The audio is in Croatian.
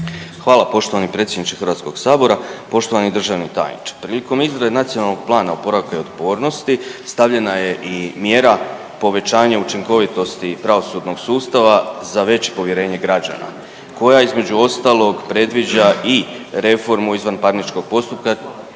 Hvala poštovani predsjedniče HS-a. Poštovani državni tajniče. Prilikom izrade NPOO-a stavljena je i mjera povećanje učinkovitosti pravosudnog sustava za veće povjerenje građana koja između ostalog predviđa i reformu izvanparničnog postupka